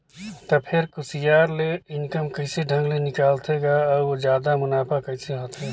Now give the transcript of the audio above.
त फेर कुसियार ले इनकम कइसे ढंग ले निकालथे गा अउ जादा मुनाफा कइसे होथे